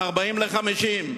מ-40% ל-50%.